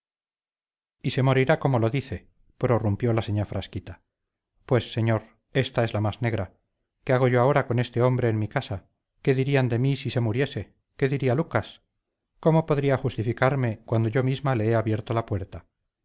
y se morirá como lo dice prorrumpió la señá frasquita pues ésta es la más negra qué hago yo ahora con este hombre en mi casa qué dirían de mí si se muriese qué diría lucas cómo podría justificarme cuando yo misma le he abierto la puerta